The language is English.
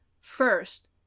First